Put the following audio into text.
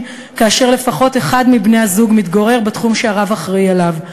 אם לפחות אחד מבני-הזוג מתגורר בתחום שהרב אחראי עליו,